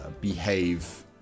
behave